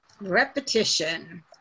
Repetition